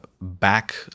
back